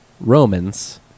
Romans